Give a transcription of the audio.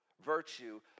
Virtue